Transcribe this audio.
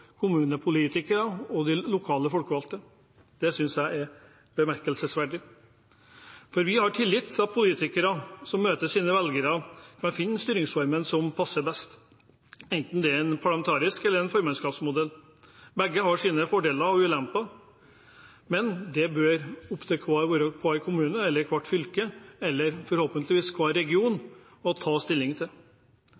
kommunepolitikere og de lokale folkevalgte. Det synes jeg er bemerkelsesverdig. Vi har tillit til at politikere i møte med sine velgere kan finne den styringsformen som passer best, enten det er et parlamentarisk styresett eller formannskapsmodellen. Begge har sine fordeler og ulemper. Men det bør være opp til hver kommune eller hvert fylke – eller forhåpentligvis hver region – å ta stilling til.